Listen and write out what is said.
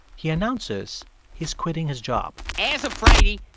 he announces he's quitting his job as of friday,